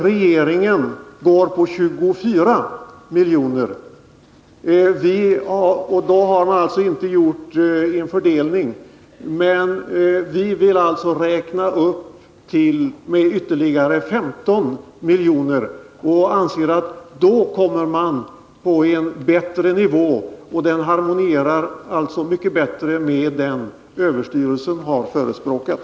Regeringen föreslår 24 miljoner — och då har den alltså inte gjort någon fördelning. Vi vill räkna upp med ytterligare 15 miljoner och anser att man då hamnar på en nivå som harmonierar bättre med den överstyrelsen har förespråkat.